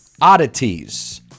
oddities